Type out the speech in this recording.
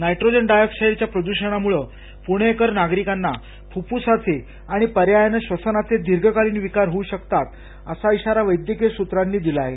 nitrogen डायऑक्साईडच्या प्रदूषणामुळं पुणेकर नागरिकांना फुफ्फुसाचे आणि पर्यायानं क्षसनाचे दिर्घकालीन विकार होऊ शकतात असा इशारा वैद्यकीय सूत्रांनी दिला आहे